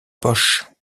poche